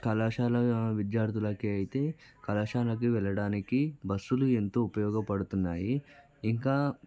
కళాశాల విద్యార్థులకు అయితే కళాశాలకు వెళ్ళడానికి బస్సులు ఎంతో ఉపయోగపడుతున్నాయి ఇంకా